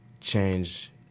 change